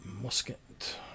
musket